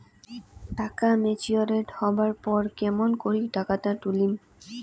টাকা ম্যাচিওরড হবার পর কেমন করি টাকাটা তুলিম?